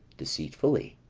deceitfully.